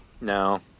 no